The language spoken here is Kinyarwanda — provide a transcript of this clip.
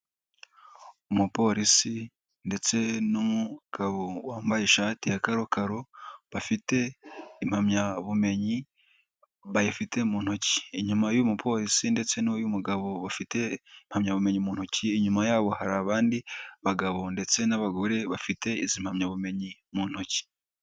Umupolisi ndetse n'umugabo wambaye ishati ya kakaro, bafite impamyabumenyi bayifite mu ntoki. Inyuma y'uyupolisi ndetse n'uyu mugabo bafite impamyabumenyi mu ntoki inyuma ya hari abandi bagabo ndetse n'abagore bafite izi mpamyabumenyi mu ntoki.